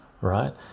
right